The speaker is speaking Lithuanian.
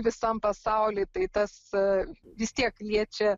visam pasauly tai tas vis tiek liečia